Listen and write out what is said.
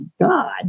God